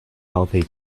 healthy